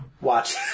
watch